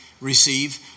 receive